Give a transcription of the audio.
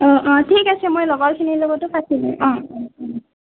অঁ অঁ ঠিক আছে মই লগৰখিনিৰ লগতো পাতিম অঁ অঁ অঁ